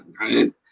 right